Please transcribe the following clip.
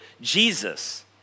Jesus